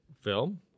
Film